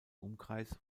umkreis